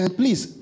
please